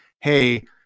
hey